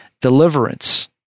deliverance